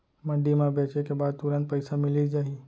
मंडी म बेचे के बाद तुरंत पइसा मिलिस जाही?